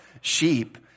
sheep